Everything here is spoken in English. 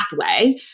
pathway